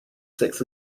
six